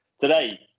today